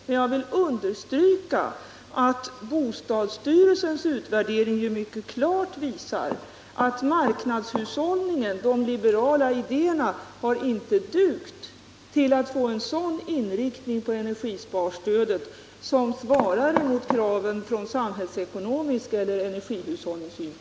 Men jag vill understryka att bostadsstyrelsens utvärdering mycket klart visar att marknadshushållningen och de liberala idéerna inte har dugt till att ge energisparstödet en sådan inriktning att det svarar mot kraven från samhällsekonomisk synpunkt eller energihushållningssynpunkt.